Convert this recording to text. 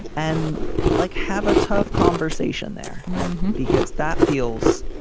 and like have a tough conversation there because that feels